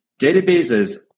Databases